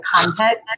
content